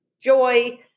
joy